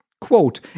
Quote